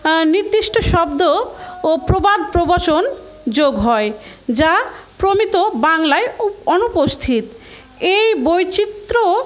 নির্দিষ্ট শব্দ ও প্রবাদ প্রবচন যোগ হয় যা প্রমিত বাংলায় অনুপস্থিত এই বৈচিত্র্য